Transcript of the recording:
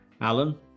Alan